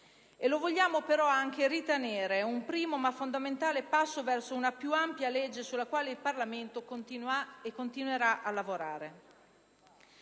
Lo si vuole anche ritenere un primo ma fondamentale passo verso una più ampia legge sulla quale il Parlamento lavora e continuerà a lavorare.